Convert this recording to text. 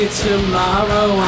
tomorrow